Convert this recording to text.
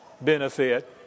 benefit